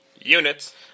Units